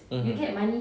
mmhmm